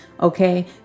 Okay